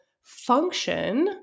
function